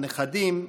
הנכדים,